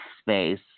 space